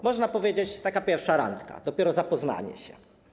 Można powiedzieć: taka pierwsza randka, dopiero zapoznanie się.